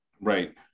right